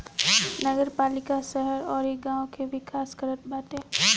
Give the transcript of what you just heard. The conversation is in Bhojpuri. नगरपालिका शहर अउरी गांव के विकास करत बाटे